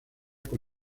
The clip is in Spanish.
con